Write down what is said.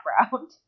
background